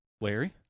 Larry